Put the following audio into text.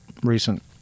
recent